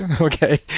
okay